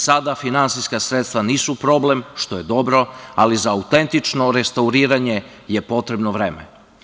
Sada finansijska sredstva nisu problem, što je dobro, ali za autentično restauriranje je potrebno vreme.